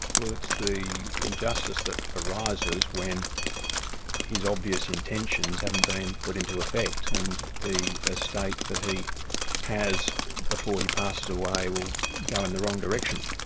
well, it's the injustice that arises when his obvious intentions haven't been put into effect, and the estate that he has before he passes away will go in the wrong direction.